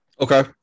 Okay